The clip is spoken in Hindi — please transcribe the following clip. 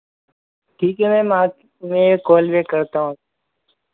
ठीक है मैम मैं कॉल बैक करता हूँ